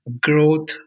growth